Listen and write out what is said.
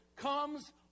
comes